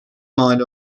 mal